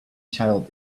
child